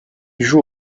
joue